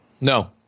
No